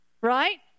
Right